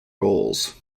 goals